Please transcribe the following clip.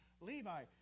Levi